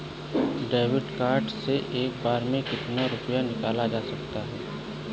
David card से एक बार में कितनी रूपए निकाले जा सकता है?